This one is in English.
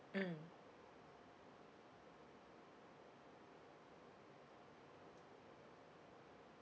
mm